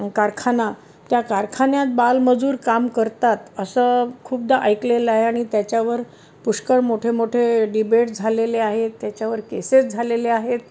कारखाना त्या कारखान्यात बालमजूर काम करतात असं खूपदा ऐकलेलं आहे आणि त्याच्यावर पुष्कळ मोठे मोठे डिबेट झालेले आहेत त्याच्यावर केसेस झालेले आहेत